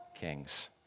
kings